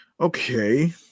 Okay